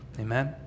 Amen